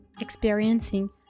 experiencing